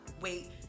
wait